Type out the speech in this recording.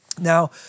Now